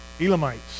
Elamites